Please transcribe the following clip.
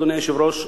אדוני היושב-ראש,